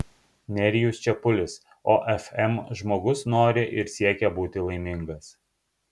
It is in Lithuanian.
nerijus čepulis ofm žmogus nori ir siekia būti laimingas